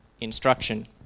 instruction